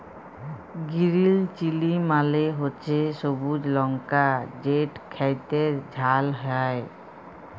গিরিল chilli মালে হছে সবুজ লংকা যেট খ্যাইতে ঝাল হ্যয়